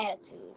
attitude